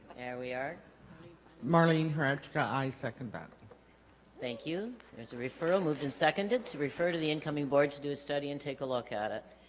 we are marlene hertz i second that thank you there's a referral moved and seconded to refer to the incoming board to do a study and take a look at it